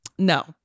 No